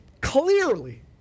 clearly